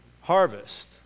harvest